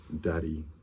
Daddy